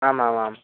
आम् आम् आम्